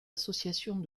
associations